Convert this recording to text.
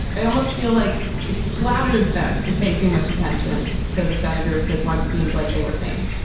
i almost feel like it's flatters them to pay too much attention to the senators that once seemed like they were saying,